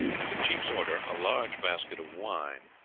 at the chief's order, a large basket of wine,